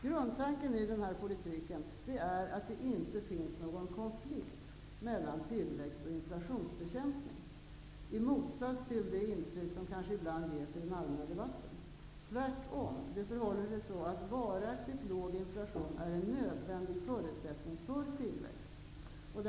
Grundtanken i denna politik är att det inte finns någon konflikt mellan tillväxt och inflationsbekämpning, i motsats till det intryck som kanske ibland ges i den allmänna debatten. Tvärt om är varaktigt låg inflation en nödvändig förutsättning för tillväxt.